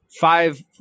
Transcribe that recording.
Five